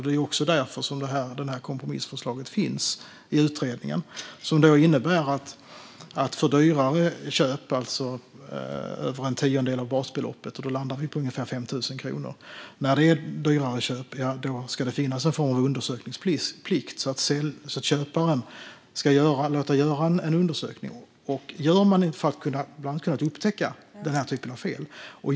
Det är också därför detta kompromissförslag finns i utredningen, som innebär att det vid dyrare köp över en tiondel av basbeloppet - då landar vi på ungefär 5 000 kronor - ska finnas en form av undersökningsplikt, så att köparen ska låta göra en undersökning för att kunna upptäcka bland annat denna typ av fel.